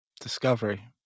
Discovery